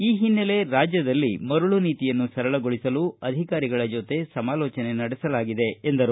ಈ ಹಿನ್ನೆಲೆ ರಾಜ್ಞದಲ್ಲಿ ಮರಳು ನೀತಿಯನ್ನು ಸರಳಗೊಳಿಸಲು ಅಧಿಕಾರಿಗಳ ಜೊತೆ ಸಮಾಲೋಚನೆ ನಡೆಸಲಾಗಿದೆ ಎಂದರು